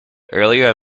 earlier